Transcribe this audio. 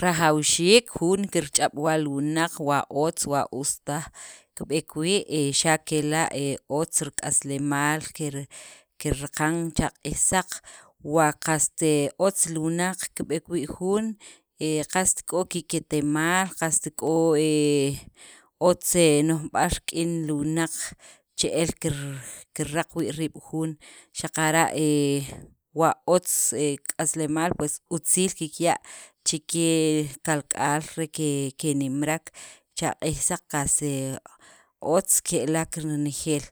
Rajawxiik jun kirch'ab' wa li wunaq wa otz wa os taj kib'eek wii', xa' kela' otz rik'aslemaal kir kiraq cha q'iij saq wa qast otz li wunaq kib'eek wii' jun. He qast k'o ki'kitemaal qast k'o he otz no'jb'al rik'in li wunaq che'el kir kiraq wii' riib' jun xaqara' he wa otz k'aslemaal pues utzil kikya' chikye kalk'aal re ke kenimrek cha q'iij saq qas otz ke'lek renejeel